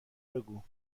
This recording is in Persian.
بگو